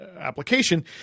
application